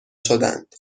شدند